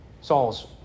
Saul's